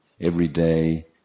everyday